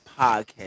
podcast